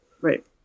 Right